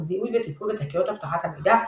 הוא זיהוי וטיפול בתקריות אבטחת המידע,